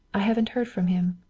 i haven't heard from him.